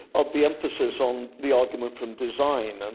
of the emphasis on the argument from design, and